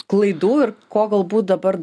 klaidų ir ko galbūt dabar